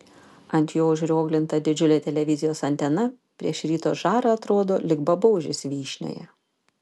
ant jo užrioglinta didžiulė televizijos antena prieš ryto žarą atrodo lyg babaužis vyšnioje